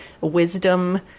wisdom